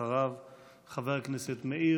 חבר הכנסת יואב סגלוביץ',